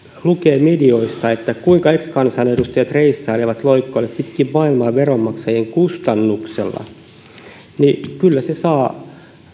lukevat medioista kuinka ex kansanedustajat reissailevat ja loikoilevat pitkin maailmaa veronmaksajien kustannuksella kyllä se saa